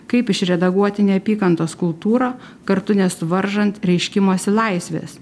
kaip išredaguoti neapykantos kultūrą kartu nesuvaržant reiškimosi laisvės